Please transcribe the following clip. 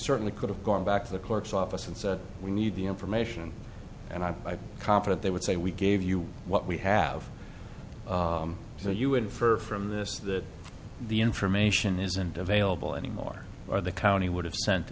certainly could have gone back to the clerk's office and said we need the information and i'm confident they would say we gave you what we have so you infer from this that the information isn't available anymore or the county would have sent